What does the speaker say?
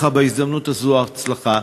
בהזדמנות הזאת אני בהחלט מאחל לך הצלחה.